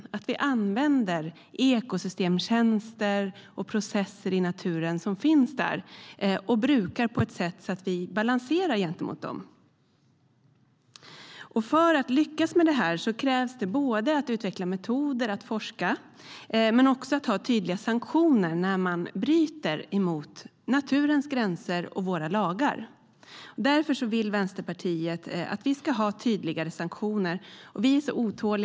Vi måste börja använda de ekosystemtjänster och processer som finns i naturen så att vi brukar på ett balanserat sätt. För att lyckas med detta krävs att vi utvecklar metoder för forskning och att vi har tydliga sanktioner när någon bryter mot naturens gränser och våra lagar. Därför vill Vänsterpartiet att det ska finnas tydligare sanktioner.